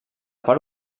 part